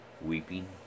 weeping